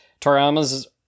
Toriyama's